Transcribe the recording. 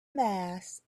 mass